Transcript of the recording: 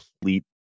complete